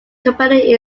company